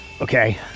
Okay